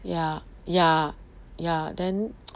ya ya ya then